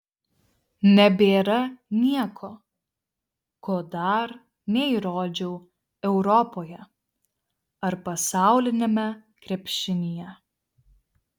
nebėra nieko ko dar neįrodžiau europoje ar pasauliniame krepšinyje